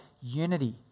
unity